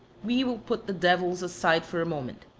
we will put the devils aside for a moment,